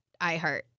iHeart